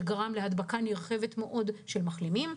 שגרם להדבקה נרחבת מאוד של מחלימים.